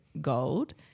gold